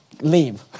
leave